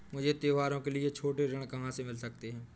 मुझे त्योहारों के लिए छोटे ऋण कहाँ से मिल सकते हैं?